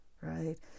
right